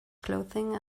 clothing